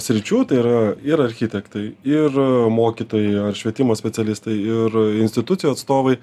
sričių tai yra ir architektai ir mokytojai ar švietimo specialistai ir institucijų atstovai